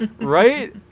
right